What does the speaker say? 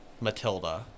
Matilda